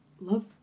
love